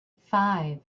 five